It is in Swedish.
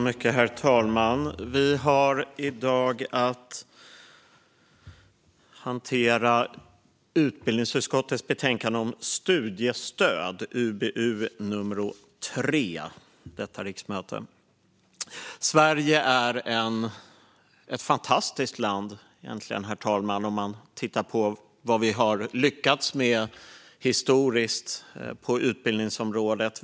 Herr talman! Vi har i dag att hantera utbildningsutskottets betänkande 2022/23:UbU3 Studiestöd . Sverige är ett fantastiskt land, herr talman, om man tittar på vad vi har lyckats med historiskt på utbildningsområdet.